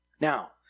now